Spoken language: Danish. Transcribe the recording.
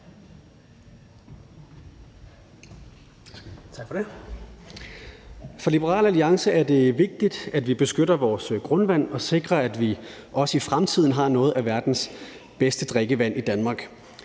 For Liberal Alliance er det vigtigt, at vi beskytter vores grundvand og sikrer, at vi også i fremtiden har noget af verdens bedste drikkevand i Danmark.